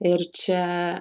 ir čia